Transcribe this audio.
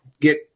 get